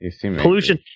Pollution